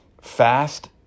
fast